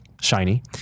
shiny